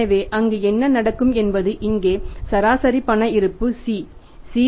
எனவே அங்கு என்ன நடக்கும் என்பது இங்கே சராசரி பண இருப்பு C